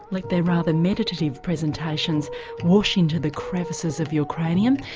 like their rather meditative presentations wash into the crevices of your cranium.